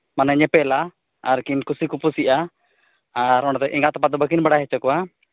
ᱢᱟᱱᱮ ᱧᱮᱯᱮᱞᱟ ᱟᱨᱠᱤᱱ ᱠᱩᱥᱤ ᱠᱩᱯᱩᱥᱤᱜᱼᱟ ᱟᱨ ᱚᱸᱰᱮ ᱫᱚ ᱮᱸᱜᱟᱛᱼᱟᱯᱟᱛ ᱫᱚ ᱵᱟᱹᱠᱤᱱ ᱵᱟᱲᱟᱭ ᱦᱚᱪᱚ ᱠᱚᱣᱟ